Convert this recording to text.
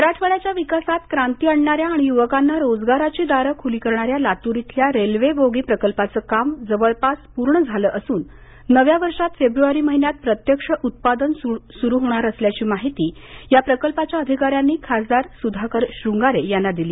railway मराठवाड्याच्या विकासात क्रांती आणणाऱ्या आणि युवकांना रोजगाराची दारं खुली करणाऱ्या लातूर इथल्या रेल्वे बोगी प्रकल्पाचं काम जवळपास पूर्ण झालं असून नव्या वर्षात फेव्रवारी माहिन्यात प्रत्यक्ष उत्पादन सुरू होणार असल्याची माहिती या प्रकल्पाच्या अधिकाऱ्यांनी खासदार सुधाकर श्रंगारे यांना दिली